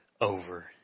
over